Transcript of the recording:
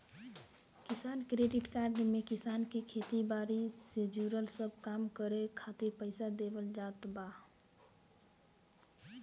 किसान credit card में किसान के खेती बारी से जुड़ल सब काम करे खातिर पईसा देवल जात बा